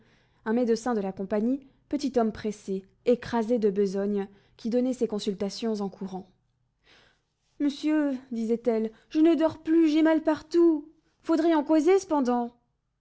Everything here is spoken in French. un médecin de la compagnie petit homme pressé écrasé de besogne qui donnait ses consultations en courant monsieur disait-elle je ne dors plus j'ai mal partout faudrait en causer cependant